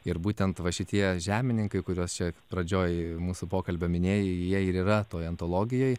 ir būtent va šitie žemininkai kuriuos čia pradžioj mūsų pokalbio minėjai jie ir yra toj antologijoj